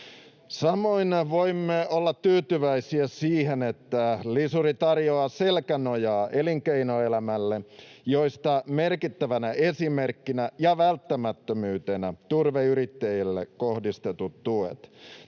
Samoin voimme olla tyytyväisiä siihen, että lisuri tarjoaa selkänojaa elinkeinoelämälle, mistä merkittävänä esimerkkinä ja välttämättömyytenä turveyrittäjille kohdistetut tuet.